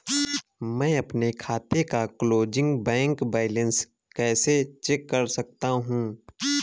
मैं अपने खाते का क्लोजिंग बैंक बैलेंस कैसे चेक कर सकता हूँ?